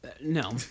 No